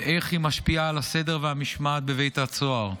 ואיך היא משפיעה על הסדר והמשמעת בבית הסוהר,